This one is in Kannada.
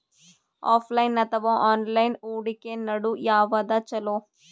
ಆಫಲೈನ ಅಥವಾ ಆನ್ಲೈನ್ ಹೂಡಿಕೆ ನಡು ಯವಾದ ಛೊಲೊ?